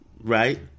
right